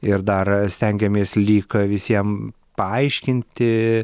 ir dar stengiamės lyg visiem paaiškinti